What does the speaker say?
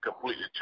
completely